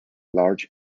large